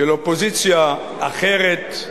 של אופוזיציה אחרת,